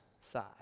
side